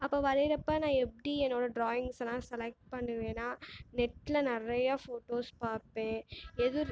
அப்போ வரையிறப்ப நான் எப்படி என்னோடய ட்ராயிங்ஸலாம் செலக்ட் பண்ணுவேன்னா நெட்டில் நிறையா போட்டோஸ் பார்ப்பேன் எது